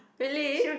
really